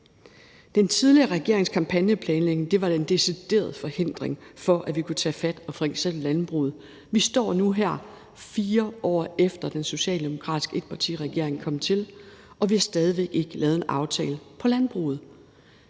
Den tidligere regerings kampagneplanlægning var en decideret forhindring for, at vi kunne tage fat på f.eks. landbruget. Vi står nu her, 4 år efter den socialdemokratiske etpartiregering kom til, og vi har stadig væk ikke lavet en aftale om landbruget.